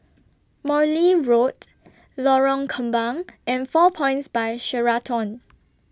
Morley Road Lorong Kembang and four Points By Sheraton